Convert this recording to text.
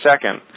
second